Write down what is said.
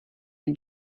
and